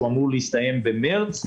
שאמור להסתיים במרץ,